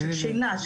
של שינה,